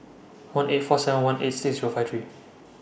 one eight four seven one eight six Zero five three